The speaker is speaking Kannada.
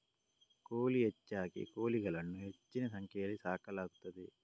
ಕೋಳಿ ಹೆಚ್ಚಾಗಿ ಕೋಳಿಗಳನ್ನು ಹೆಚ್ಚಿನ ಸಂಖ್ಯೆಯಲ್ಲಿ ಸಾಕಲಾಗುತ್ತದೆ